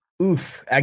Oof